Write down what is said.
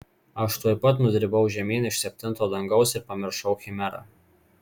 aš tuoj pat nudribau žemyn iš septinto dangaus ir pamiršau chimerą